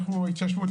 ההתיישבות,